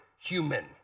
human